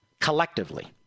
collectively